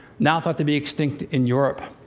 now thought to be extinct in europe.